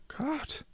god